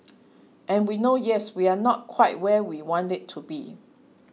and we know yes we are not quite where we want it to be